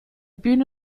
bühne